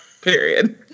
period